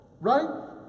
right